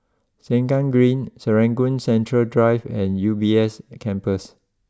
Sengkang Green Serangoon Central Drive and U B S Campus